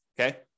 okay